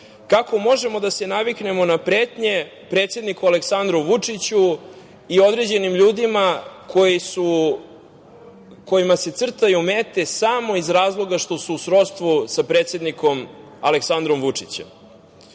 Kako možemo da se naviknemo na pretnje predsedniku Aleksandru Vučiću i određenim ljudima kojima se crtaju mete samo iz razloga što su u srodstvu sa predsednikom Aleksandrom Vučićem? Ovim